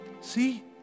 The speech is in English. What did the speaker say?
See